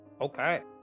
Okay